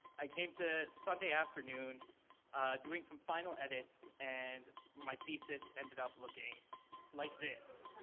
i came to sunday afternoon doing some final edits and my thesis ended up looking like this.